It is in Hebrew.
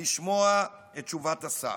לשמוע את תשובת השר.